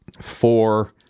four